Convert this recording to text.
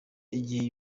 igihe